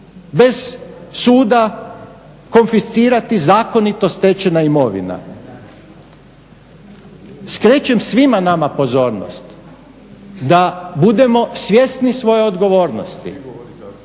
bez suda konfiscirati zakonito stečena imovina. Skrećem svima nama pozornost da budemo svjesni svoje odgovornosti,